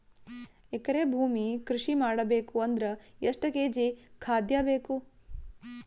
ಎಕರೆ ಭೂಮಿ ಕೃಷಿ ಮಾಡಬೇಕು ಅಂದ್ರ ಎಷ್ಟ ಕೇಜಿ ಖಾದ್ಯ ಬೇಕು?